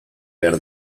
behar